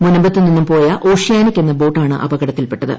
മുനമ്പത്ത് നിന്നും പോയ ഓഷ്യാനിക് എന്ന ബോട്ടാണ് അപകടത്തിൽപ്പെട്ടത്